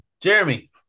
Jeremy